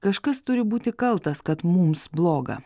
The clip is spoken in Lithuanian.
kažkas turi būti kaltas kad mums bloga